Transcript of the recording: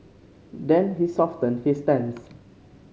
then he softened his stance